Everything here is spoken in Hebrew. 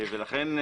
לכן,